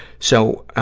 so, ah,